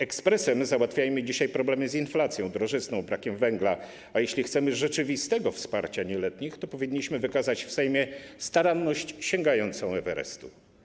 Ekspresem załatwiajmy dzisiaj problemy z inflacją, drożyzną, brakiem węgla, a jeśli chcemy rzeczywistego wsparcia nieletnich, to powinniśmy wykazać w Sejmie staranność sięgającą Everestu.